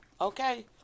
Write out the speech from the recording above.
okay